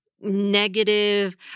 negative